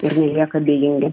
ir nelieka abejingi